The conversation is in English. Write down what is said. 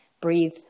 breathe